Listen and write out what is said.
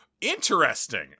Interesting